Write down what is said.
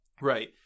Right